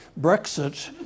Brexit